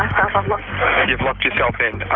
um you've locked yourself in.